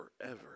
forever